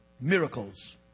miracles